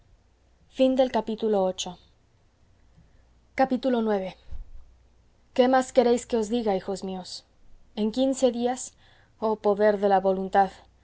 se echó a reír ix qué más queréis que os diga hijos míos en quince días oh poder de la voluntad